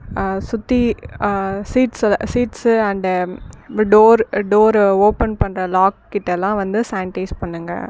சுற்றி seats seats and door டோரை open பண்ணுற லாக்கிட்டலாம் வந்து சானிடைஸ் பண்ணுங்கள்